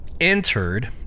entered